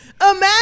imagine